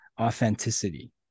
authenticity